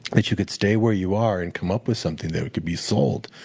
that you could stay where you are and come up with something that could be sold,